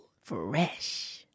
Fresh